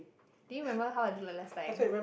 do you remember how I look like last time